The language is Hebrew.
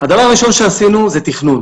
הדבר הראשון שעשינו זה תכנון